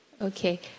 Okay